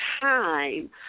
time